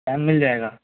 time मिल जायेगा